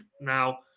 Now